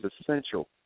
essential